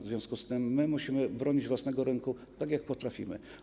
W związku z tym my musimy bronić własnego rynku tak jak potrafimy.